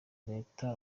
leta